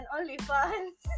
OnlyFans